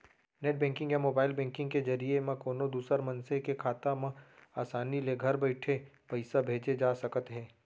net banking या mobile banking के जरिए म कोनों दूसर मनसे के खाता म आसानी ले घर बइठे पइसा भेजे जा सकत हे